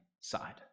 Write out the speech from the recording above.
side